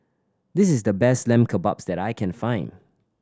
this is the best Lamb Kebabs that I can find